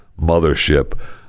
mothership